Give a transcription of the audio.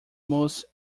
most